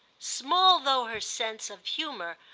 small though her sense of humour,